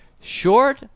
Short